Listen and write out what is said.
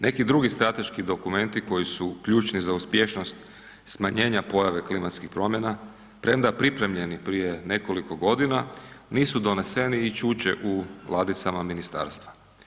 Neki drugi strateški dokumenti koji su ključni za uspješnost smanjenja pojave klimatskih promjena premda pripremljeni prije nekoliko godina, nisu doneseni i čuče u ladicama ministarstva.